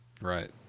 right